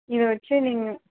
இதை வெச்சு நீங்கள்